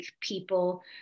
people